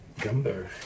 gumbo